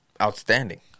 outstanding